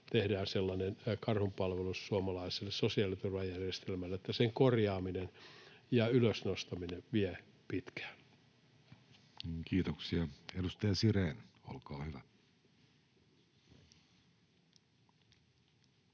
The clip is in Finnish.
tehdään sellainen karhunpalvelus suomalaiselle sosiaaliturvajärjestelmälle, että sen korjaaminen ja ylös nostaminen vie pitkään. [Speech 227] Speaker: